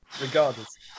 Regardless